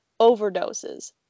overdoses